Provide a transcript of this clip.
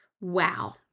wow